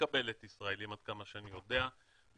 מקבלת ישראלים עד כמה שאני יודע,